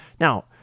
Now